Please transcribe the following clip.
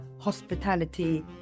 hospitality